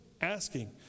asking